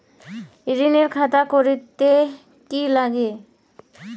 ঋণের খাতা করতে কি লাগে?